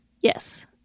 Yes